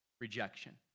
rejection